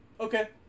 Okay